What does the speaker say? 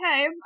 Okay